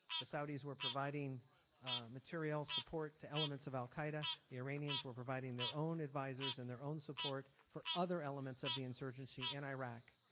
the saudis were providing material support to elements of al qaeda, the iranians were providing their own advisors and their own support for other elements of the insurgency in iraq.